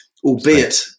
albeit